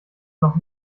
noch